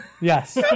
Yes